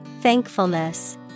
Thankfulness